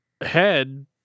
head